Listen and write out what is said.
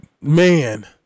Man